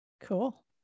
cool